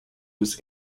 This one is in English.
was